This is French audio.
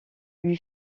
lui